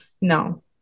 No